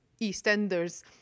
EastEnders